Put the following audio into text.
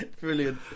Brilliant